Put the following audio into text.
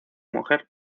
mujer